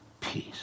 Peace